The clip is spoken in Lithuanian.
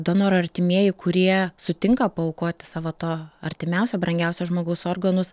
donoro artimieji kurie sutinka paaukoti savo to artimiausio brangiausio žmogaus organus